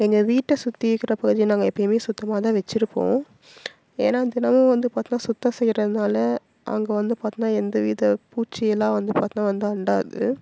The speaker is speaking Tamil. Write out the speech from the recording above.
எங்கள் வீட்டை சுற்றி இருக்கிற பகுதியை நாங்கள் எப்போயுமே சுத்தமாகதான் வச்சுருப்போம் ஏன்னா தினமும் வந்து பார்த்தினா சுத்தம் செய்யறதுனாலே அங்கே வந்து பார்த்தினா எந்த வித பூச்சி எல்லாம் வந்து பார்த்தினா வந்து அண்டாது